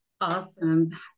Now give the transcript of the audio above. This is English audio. Awesome